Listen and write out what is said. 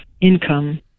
income